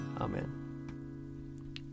Amen